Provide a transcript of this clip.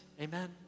Amen